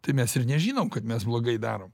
tai mes ir nežinom kad mes blogai darom